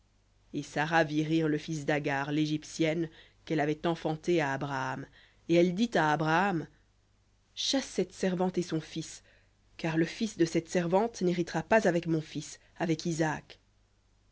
et sara vit rire le fils d'agar l'égyptienne qu'elle avait enfanté à abraham et elle dit à abraham chasse cette servante et son fils car le fils de cette servante n'héritera pas avec mon fils avec isaac